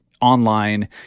online